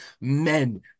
men